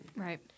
Right